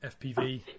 FPV